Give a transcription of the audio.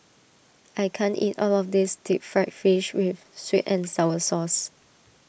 I can't eat all of this Deep Fried Fish with Sweet and Sour Sauce